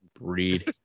Breed